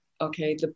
Okay